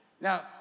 Now